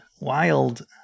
wild